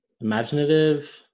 imaginative